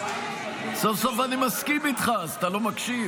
סוף-סוף אני מסכים איתך, אז אתה לא מקשיב?